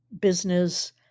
business